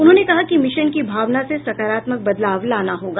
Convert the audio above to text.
उन्होंने कहा कि मिशन की भावना से सकारात्मक बदलाव लाना होगा